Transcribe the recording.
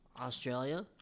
Australia